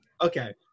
Okay